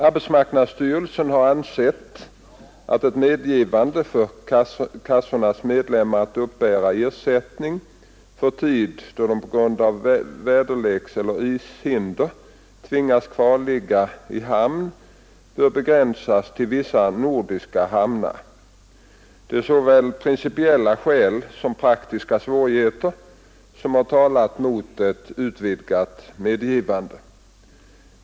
Arbetsmarknadsstyrelsen har ansett att ett medgivande för kassornas medlemmar att uppbära ersättning för tid då de på grund av väderlekseller ishinder tvingas kvarligga i hamn bör begränsas till vissa nordiska hamnar. Det är såväl principiella skäl som praktiska svårigheter som har talat mot att utvidga medgivandet.